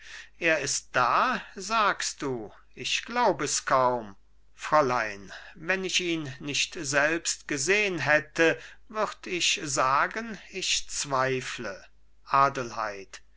er ist da sagst du ich glaub es kaum fräulein wenn ich ihn nicht selbst gesehn hätte würd ich sagen ich zweifle adelheid